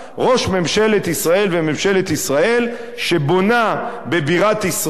ראש ממשלת ישראל וממשלת ישראל שבונה בבירת ישראל,